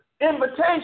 invitation